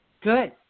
Good